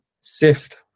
sift